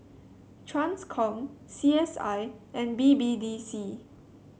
Transcom C S I and B B D C